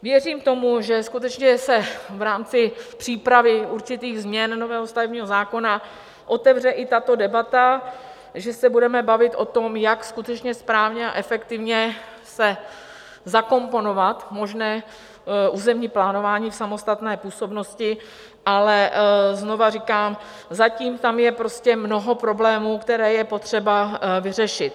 Věřím tomu, že skutečně se v rámci přípravy určitých změn nového stavebního zákona otevře i tato debata, že se budeme bavit o tom, jak skutečně správně a efektivně zakomponovat možné územní plánování v samostatné působnosti, ale znovu říkám, zatím tam je prostě mnoho problémů, které je potřeba vyřešit.